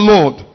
Lord